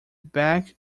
back